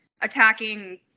attacking